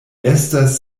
estas